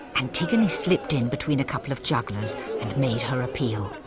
antigone slipped in between a couple of jugglers and made her appeal.